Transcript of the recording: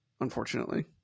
Unfortunately